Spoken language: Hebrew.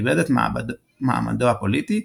איבד את מעמדו הפוליטי,